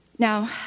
Now